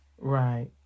Right